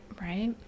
right